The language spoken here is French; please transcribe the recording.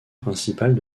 principales